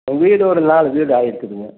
வீடு ஒரு நாலு வீடு ஆயிருக்குதுங்க